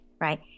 right